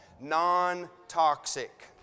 Non-Toxic